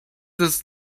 this